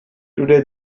today